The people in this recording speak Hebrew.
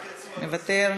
מוותר,